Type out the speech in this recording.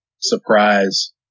surprise